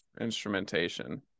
instrumentation